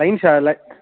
lines அதில்